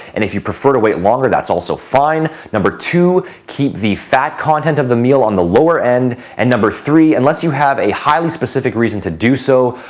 and if you prefer to wait longer, that's also fine. number two keep the fat content of the meal on the lower-end. and number three unless you have a highly specific reason to do so,